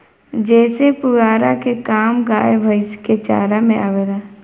जेसे पुआरा के काम गाय भैईस के चारा में आवेला